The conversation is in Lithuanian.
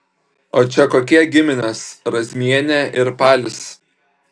o čia kokie giminės razmienė ir palis